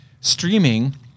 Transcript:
streaming